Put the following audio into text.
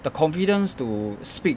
the confidence to speak